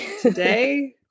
today